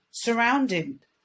Surrounded